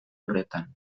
horretan